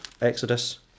Exodus